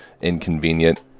inconvenient